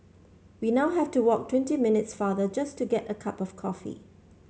we now have to walk twenty minutes farther just to get a cup of coffee